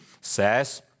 says